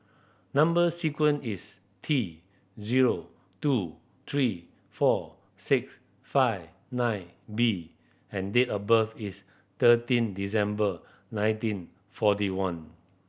number sequence is T zero two three four six five nine B and date of birth is thirteen December nineteen forty one